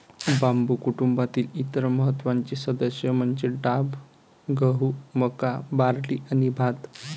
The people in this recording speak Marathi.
बांबू कुटुंबातील इतर महत्त्वाचे सदस्य म्हणजे डाब, गहू, मका, बार्ली आणि भात